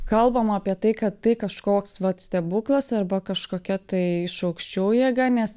kalbam apie tai kad tai kažkoks vat stebuklas arba kažkokia tai iš aukščiau jėga nes